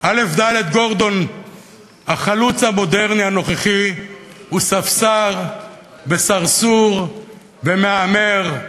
א"ד גורדון החלוץ המודרני הנוכחי הוא ספסר וסרסור ומהמר,